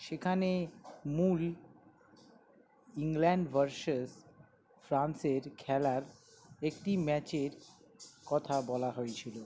সেখানে মূল England versus ফ্রান্সের খেলার একটি ম্যাচের কথা বলা হয়েছিল